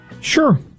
Sure